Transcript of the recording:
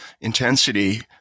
intensity